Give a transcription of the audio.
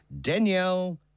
Danielle